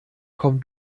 komm